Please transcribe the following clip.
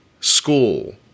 school